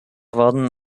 werden